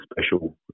special